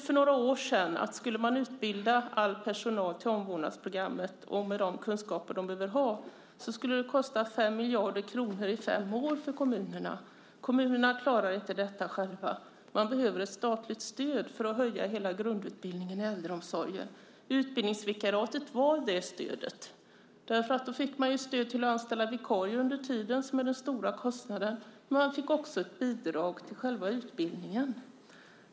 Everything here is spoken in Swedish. För några år sedan räknade man ut att det skulle kosta 5 miljarder under fem år för kommunerna att utbilda all personal i omvårdnadsprogrammet och ge dem de kunskaper som de behöver. Kommunerna klarar inte det själva. De behöver ett statligt stöd för att höja hela grundutbildningen i äldreomsorgen. Utbildningsvikariatet var det stödet. Man fick stöd för att anställa vikarier under tiden, vilket är den stora kostnaden. Man fick också ett bidrag till själva utbildningen.